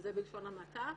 וזה בלשון המעטה.